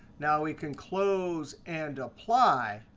now we can close and apply.